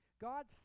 God